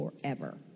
forever